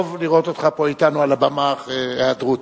טוב לראות אותך פה אתנו על הבמה אחרי היעדרות.